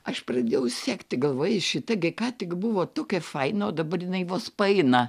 aš pradėjau sekti galvoju šita gi ką tik buvo tokia faina o dabar jinai vos paeina